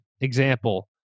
example